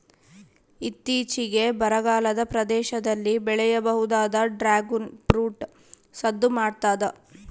ಇತ್ತೀಚಿಗೆ ಬರಗಾಲದ ಪ್ರದೇಶದಲ್ಲಿ ಬೆಳೆಯಬಹುದಾದ ಡ್ರಾಗುನ್ ಫ್ರೂಟ್ ಸದ್ದು ಮಾಡ್ತಾದ